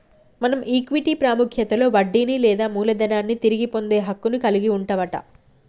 మనం ఈక్విటీ పాముఖ్యతలో వడ్డీని లేదా మూలదనాన్ని తిరిగి పొందే హక్కును కలిగి వుంటవట